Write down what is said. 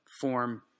form